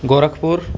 Gorakhpur